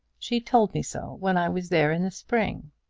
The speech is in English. she told me so when i was there in the spring.